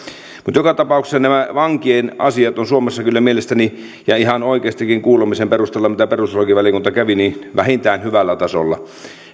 joka tapauksessa nämä vankien asiat ovat suomessa kyllä mielestäni ja ihan oikeastikin sen kuulemisen perusteella mitä perustuslakivaliokunta kävi vähintään hyvällä tasolla